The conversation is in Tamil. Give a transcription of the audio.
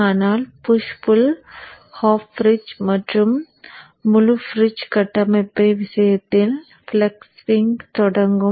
ஆனால் புஷ் புள் ஹாஃப் பிரிட்ஜ் மற்றும் முழு பிரிட்ஜ் கட்டமைப்ப விஷயத்தில் ஃப்ளக்ஸ் ஸ்விங் தொடங்கும்